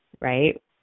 right